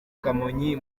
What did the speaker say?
kamonyi